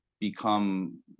become